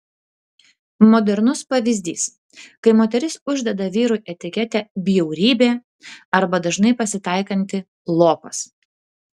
modernus pavyzdys kai moteris uždeda vyrui etiketę bjaurybė arba dažnai pasitaikantį lopas